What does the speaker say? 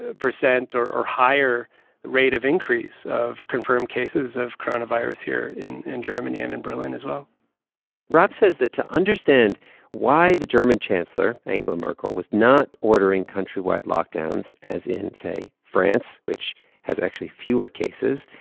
ah percent or or higher rate of increase of confirmed cases of coronavirus here in in germany and in berlin as well rob says that to understand why the german chancellor, angela merkel, was not ordering country-wide lockdowns as in, say, france, which has actually fewer cases,